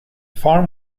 farm